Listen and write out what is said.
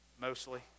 mostly